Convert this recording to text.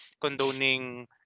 condoning